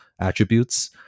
attributes